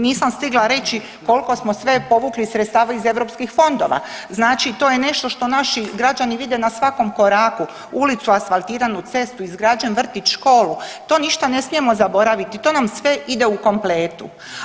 Nisam stigla reći koliko smo sve povukli sredstava iz eu fondova, znači to je nešto što naši građani vide na svakom koraku, ulicu asfaltiranu, cestu, izgrađen vrtić, školu to ništa ne smijemo zaboraviti, to nam sve ide u kompletu.